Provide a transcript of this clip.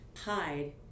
hide